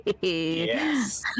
Yes